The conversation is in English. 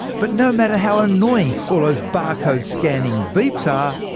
but no matter how annoying all those barcode scanning beeps are,